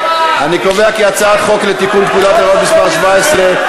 אני קובע כי הצעת חוק לתיקון פקודת הראיות (מס' 17)